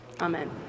Amen